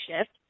shift